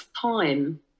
time